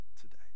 today